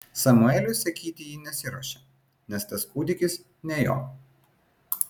samueliui sakyti ji nesiruošė nes tas kūdikis ne jo